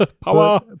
Power